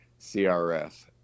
CRF